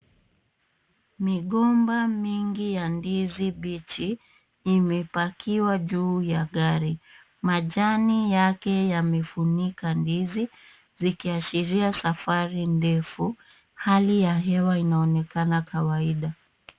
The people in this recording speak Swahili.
Migomba mingi ya ndizi mbichi imepakiwa juu ya gari. Majani yake yamefunika ndizi zikiashiria safari ndefu. Hali ya hewa inaonekana kawaida.